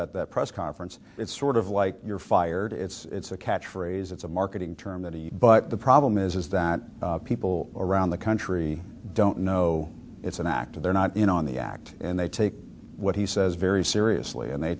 that the press conference it's sort of like you're fired it's a catch phrase it's a marketing term that he but the problem is is that people around the country don't know it's an actor they're not you know in the act and they take what he says very seriously and they